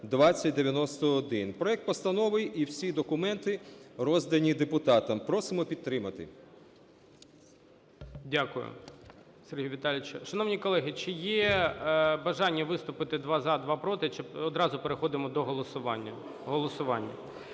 Проект постанови і всі документи роздані депутатам. Просимо підтримати. ГОЛОВУЮЧИЙ. Дякую, Сергій Віталійович. Шановні колеги, чи є бажання виступити : два – за, два – проти, чи одразу переходимо до голосування?